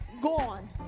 gone